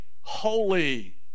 holy